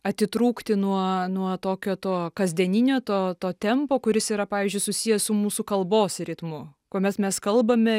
atitrūkti nuo nuo tokio to kasdieninio to to tempo kuris yra pavyzdžiui susijęs su mūsų kalbos ritmu kuomet mes kalbame